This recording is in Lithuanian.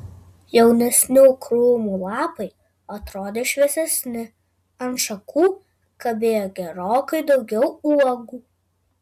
jaunesnių krūmų lapai atrodė šviesesni ant šakų kabėjo gerokai daugiau uogų